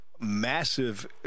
massive